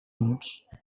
minuts